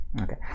Okay